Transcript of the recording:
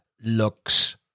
looks